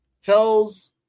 tells